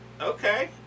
Okay